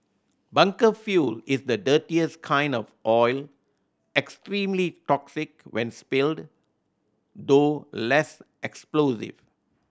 bunker fuel is the dirtiest kind of oil extremely toxic when spilled though less explosive